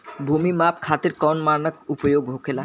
भूमि नाप खातिर कौन मानक उपयोग होखेला?